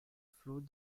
flot